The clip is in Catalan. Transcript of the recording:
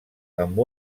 amb